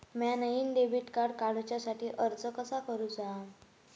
म्या नईन debit card काडुच्या साठी अर्ज कसा करूचा?